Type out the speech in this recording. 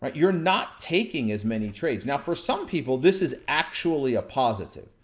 but you're not taking as many trades. now for some people, this is actually a positive.